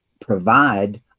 provide